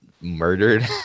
murdered